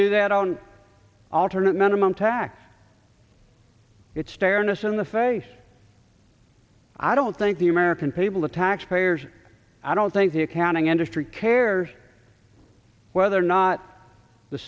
do that on alternate minimum tax it staring us in the face i don't think the american people the taxpayers i don't think the accounting industry cares whether or not the